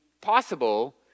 possible